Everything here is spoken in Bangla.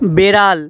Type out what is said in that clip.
বিড়াল